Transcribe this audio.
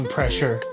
Pressure